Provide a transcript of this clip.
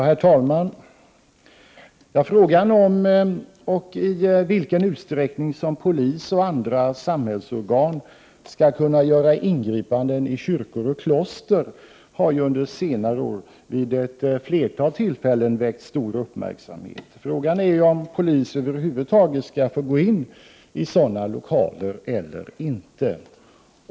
Herr talman! Frågan om i vilken utsträckning polis och andra samhällsorgan skall kunna göra ingripanden i kyrkor och kloster har ju under senare år vid ett flertal tillfällen väckt stor uppmärksamhet. Frågan är om polis över huvud taget skall få gå in i sådana lokaler eller inte.